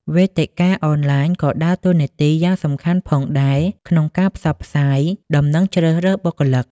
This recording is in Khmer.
វេទិកាអនឡាញ ក៏ដើរតួនាទីយ៉ាងសំខាន់ផងដែរក្នុងការផ្សព្វផ្សាយដំណឹងជ្រើសរើសបុគ្គលិក។